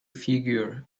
figure